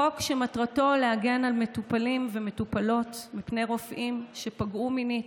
חוק שמטרתו להגן על מטופלים ומטופלות מפני רופאים שפגעו מינית,